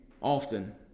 often